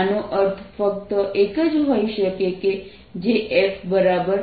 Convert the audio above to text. આનો અર્થ ફક્ત એક જ હોઈ શકે જે f ≡ f છે